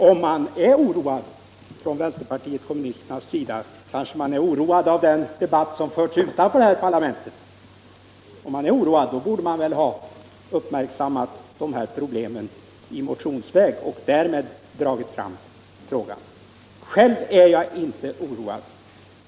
Om man inom vänsterpartiet kommunisterna är oroad kanske det är av den debatt som har förts utanför detta parlament. I så fall borde man ha uppmärksammat dessa problem motionsvägen. Själv är jag inte oroad.